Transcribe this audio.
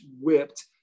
whipped